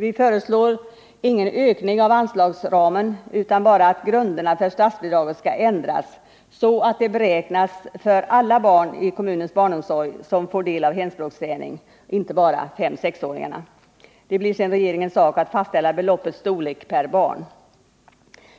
Vi föreslår ingen ökning av anslagsramen utan bara att grunderna för statsbidraget ändras, så att det beräknas för alla barn i kommunens barnomsorg som får del av hemspråksträning, inte bara för 5-6-åringar. Det blir sedan regeringens sak att fastställa beloppets storlek per barn.